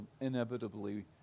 inevitably